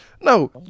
No